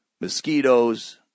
mosquitoes